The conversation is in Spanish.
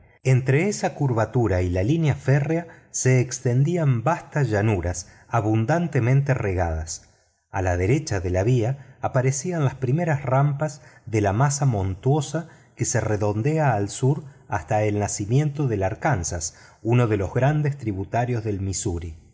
entre esa curvatura y la línea férrea se extendían vastas llanuras abundantemente regadas a la derecha de la vía aparecían las primeras rampas de la masa montañosa que se redondea al sur hasta el nacimiento del arkansas uno de los grandes tributarios del missouri